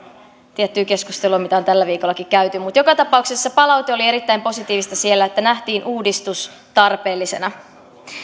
tiettyä keskustelua jota on tällä viikollakin käyty mutta joka tapauksessa palaute oli erittäin positiivista siellä että nähtiin uudistus tarpeellisena